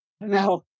Now